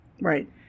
Right